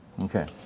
Okay